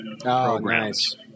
programs